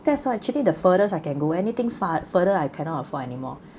that's where actually the furthest I can go anything far further I cannot afford anymore